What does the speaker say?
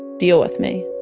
deal with me